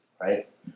right